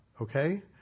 okay